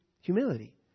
Humility